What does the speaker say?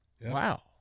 Wow